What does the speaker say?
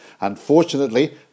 Unfortunately